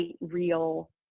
real